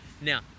Now